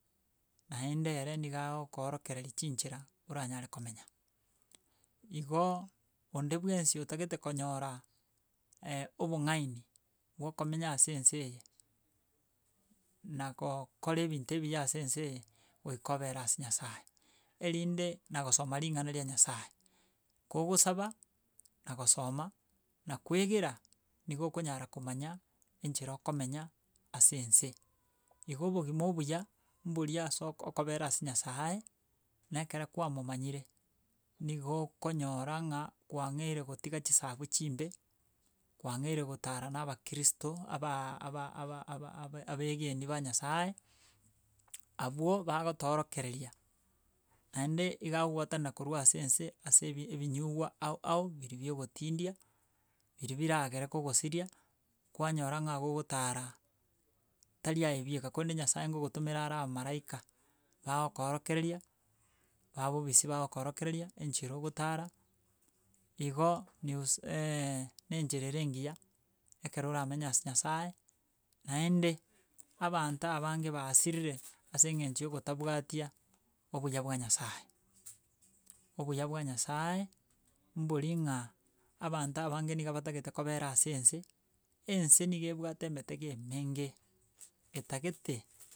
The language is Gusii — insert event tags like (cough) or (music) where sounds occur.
Naende ere niga agokoorokereri chinchera oranyare komenya. Igo, onde bwensi otagete konyora (hesitation) obong'aini, bwokomenya ase ense eye, na gookora ebinto ebiya ase ense eye, goika obere ase nyasaye, erinde na gosoma ring'ana ria nyasaye. Kogosaba, na gosoma, na koegera, nigo okonyara komanya, enchera okomenya ase ense igo obogima obuya, mboria ase oko okobera ase nyasaye, na ekere kwamomanyire, nigo okonyora ng'a kwang'eire gotiga chisagu chimbe, kwang'eire gotara na abakristo abaa aba aba aba aba abaegeni ba nyasaye, abwo bagotoorokereria. Naende iga agogwatana korwa ase ense ase ebi ebinywa ao ao biria bi ogotindia, biri biragere kogosiria, kwanyora ng'a gogotara tari aye bieka korende nyasaye ngogotomerare abamaraika bagokoorokeria, babobisi bagokoorokereria enchera ogotara, igo news (hesitation) na enchera ere engiya, ekero oramenye ase nyasaye. Naende abanto abange basirire ase eng'encho ya gotabwatia obuya bwa nyasaye, obuya bwa nyasae, mbori ng'a abanto abange niga batagete kobera ase ense, ense niga ebwate emetego emenge, etagete.